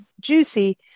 juicy